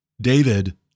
David